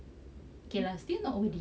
okay lah still not worthy